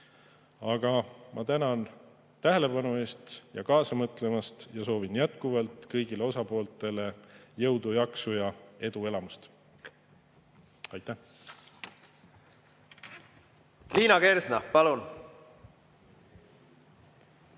Aga ma tänan tähelepanu eest ja kaasa mõtlemast ja soovin jätkuvalt kõigile osapooltele jõudu, jaksu ja eduelamust. Aitäh! Liina Kersna, palun!